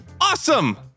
awesome